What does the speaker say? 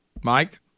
Mike